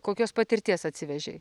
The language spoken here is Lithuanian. kokios patirties atsivežei